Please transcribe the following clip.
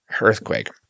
earthquake